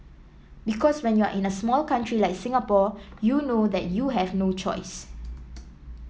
because when you are a small country like Singapore you know that you have no choice